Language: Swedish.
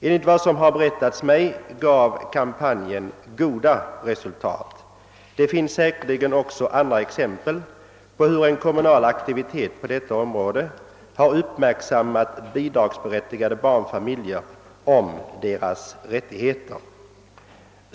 Enligt vad som har berättats mig gav kampanjen goda resultat. Det finns säkerligen andra exempel på hur en kommunal aktivitet på detta område har gjort bidragsberättigade barnfamiljer uppmärksamma på deras rättigheter.